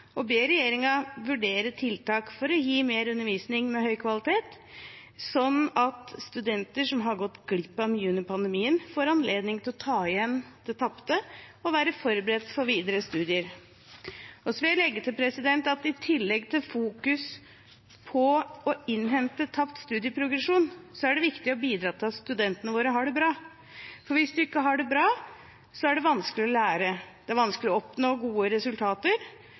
vurdere tiltak for å gi mer undervisning med høy kvalitet, sånn at studenter som har gått glipp av mye under pandemien, får anledning til å ta igjen det tapte og være forberedt for videre studier. Så vil jeg legge til at i tillegg til fokus på å innhente tapt studieprogresjon er det viktig å bidra til at studentene våre har det bra. Hvis de ikke har det bra, er det vanskelig å lære. Det er vanskelig å oppnå gode resultater,